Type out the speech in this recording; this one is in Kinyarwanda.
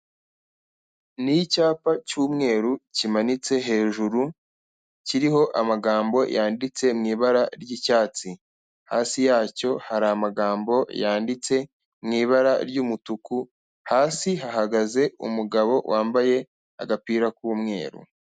Ni icyapa cy'umweru kimanitse hejuru kiriho amagambo yanditse mu ibara ry'icyatsi, hasi yacyo hari amagambo yanditse mu ibara ry'umutuku, hasi hahagaze umugabo wambaye agapira k'umweru.